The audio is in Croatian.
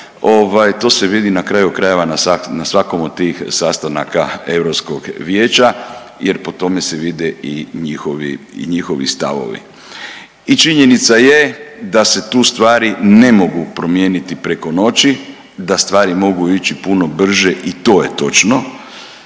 to se vidi na kraju krajeva na svakom od tih sastanaka Europskog vijeća, jer po tome se vide i njihovi stavovi. I činjenica je da se tu stvari ne mogu promijeniti preko noći, da stvari mogu ići puno brže i to je točno.